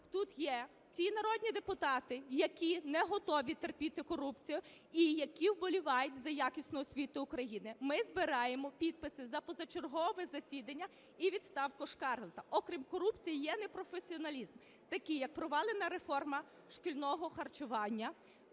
тут є ті народні депутати, які не готові терпіти корупцію і які вболівають за якісну освіту України, ми збираємо підписи за позачергове засідання і відставку Шкарлета. Окрім корупції, є непрофесіоналізм, такий як провалена реформа шкільного харчування,